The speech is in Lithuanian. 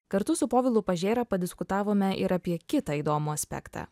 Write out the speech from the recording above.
kartu su povilu pažėra padiskutavome ir apie kitą įdomų aspektą